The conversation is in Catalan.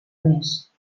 més